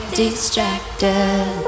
distracted